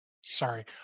Sorry